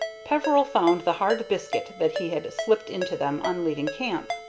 peveril found the hard biscuit that he had slipped into them on leaving camp.